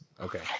Okay